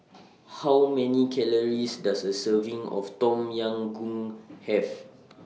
How Many Calories Does A Serving of Tom Yam Goong Have